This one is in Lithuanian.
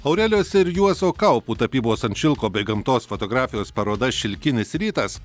aurelijos ir juozo kaupų tapybos ant šilko bei gamtos fotografijos paroda šilkinis rytas